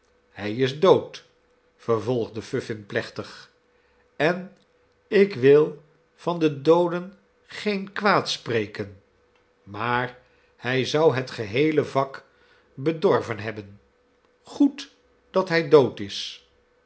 hij is dood vervolgde vuffin plechtig en ik wil van de dooden geen kwaad spreken maar hij zou het geheele vak bedorven hebben goed dat hij dood is